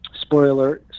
spoiler